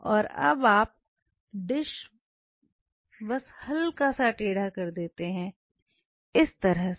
और अब आप डिश बस हल्का सा टेढ़ा कर देते हैं इस तरह से